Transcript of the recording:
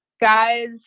guys